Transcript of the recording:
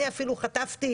אני אפילו חטפתי